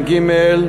(תיקון),